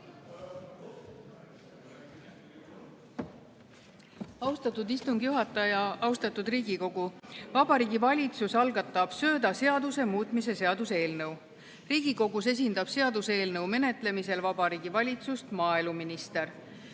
Austatud istungi juhataja! Austatud Riigikogu! Vabariigi Valitsus algatab söödaseaduse muutmise seaduse eelnõu. Riigikogus esindab seaduseelnõu menetlemisel Vabariigi Valitsust maaeluminister.